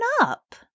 up